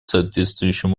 соответствующим